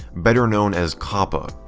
better known as coppa.